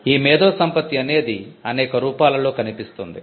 ఈ మేధోసంపత్తి అనేది అనేక రూపాలలో కనిపిస్తుంది